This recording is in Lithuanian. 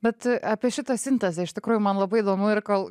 bet apie šitą sintezę iš tikrųjų man labai įdomu ir kol